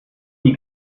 die